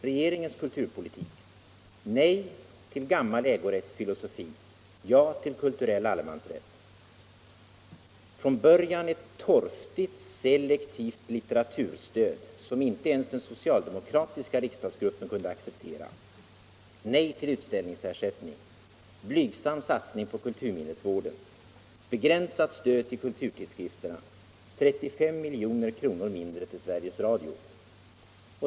Regeringens kulturpolitik innebär nej till gammal ägorättsfilosofi, ja till kulturell allemansrätt, ett från början torftigt selektivt litteraturstöd som inte ens den socialdemokratiska riksdagsgruppen kunde acceptera, nej till utställningsersättning, blygsam satsning på kulturminnesvården, begränsat stöd till kulturtidskrifterna och 35 milj.kr. mindre till Sveriges Radio.